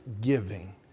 giving